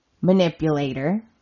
manipulator